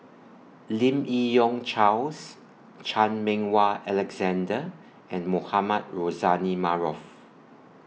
Lim Yi Yong Charles Chan Meng Wah Alexander and Mohamed Rozani Maarof